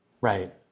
Right